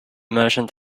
merchant